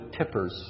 tippers